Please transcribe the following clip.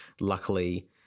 luckily